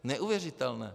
Neuvěřitelné.